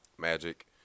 Magic